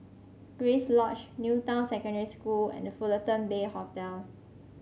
Grace Lodge New Town Secondary School and The Fullerton Bay Hotel